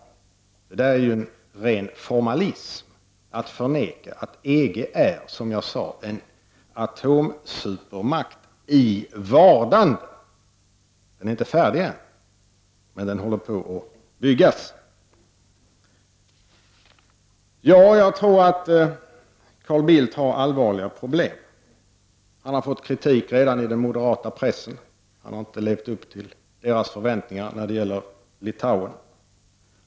Det är ju ren formalism att förneka att EG är en atomsupermakt i vardande, som sagt. Den är inte färdig än, men den håller på att bildas. Jag tror att Carl Bildt har allvarliga problem. Han har fått kritik i den moderata pressen, han har inte levt upp till deras förväntningar när det gäller Litauen.